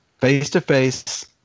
face-to-face